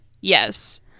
Yes